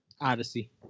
Odyssey